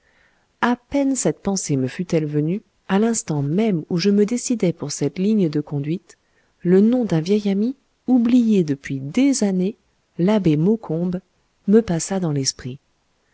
à peine cette pensée me fut-elle venue à l'instant même où je me décidai pour cette ligne de conduite le nom d'un vieil ami oublié depuis des années l'abbé maucombe me passa dans l'esprit